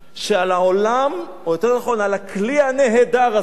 שעל העולם, או יותר נכון, על הכלי הנהדר הזה,